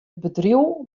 bedriuw